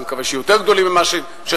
אני מקווה שהם יהיו יותר גדולים ממה שחשבו,